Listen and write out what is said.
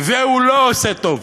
והוא לא עושה טוב,